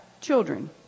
children